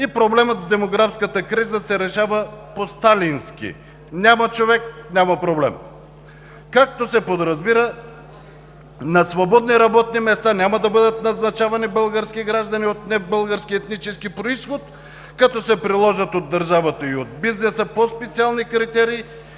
и проблемът с демографската криза се решава по сталински – няма човек, няма проблем! Както се подразбира, на свободни работни места няма да бъдат назначавани български граждани от небългарски етнически произход, като се приложат от държавата и от бизнеса по-специални критерии